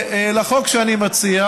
לחוק שאני מציע.